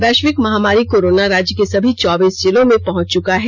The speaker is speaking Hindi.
वैध्यिक महामारी कोरोना राज्य के सभी चौबीस जिलों में पहुंच चुका है